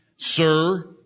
Sir